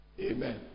Amen